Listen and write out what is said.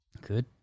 Good